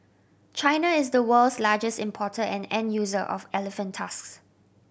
China is the world's largest importer and end user of elephant tusks